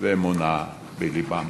ואמונה בלבם.